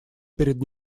перед